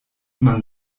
man